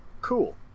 cool